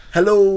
Hello